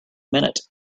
minute